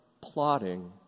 plotting